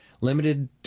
limited